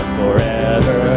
forever